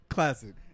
Classic